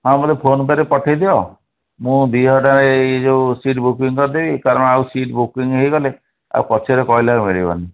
ହଁ ମୋତେ ଫୋନ୍ପେ'ରେ ପଠାଇଦିଅ ମୁଁ ଦୁଇ ହଜାର ଟଙ୍କାରେ ଏଇ ଯେଉଁ ସିଟ୍ ବୁକିଂ କରିଦେବି କାରଣ ଆଉ ସିଟ୍ ବୁକିଂ ହୋଇଗଲେ ଆଉ ପଛରେ କହିଲେ ଆଉ ମିଳିବନି